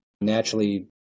naturally